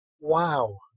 Wow